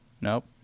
Nope